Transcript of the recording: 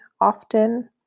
often